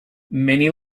many